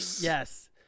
Yes